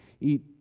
eat